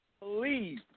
please